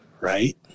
right